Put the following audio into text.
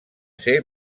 ser